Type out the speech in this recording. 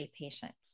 patients